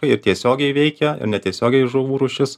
ir tiesiogiai veikia ir netiesiogiai žuvų rūšis